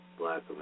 black